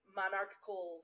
monarchical